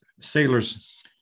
sailors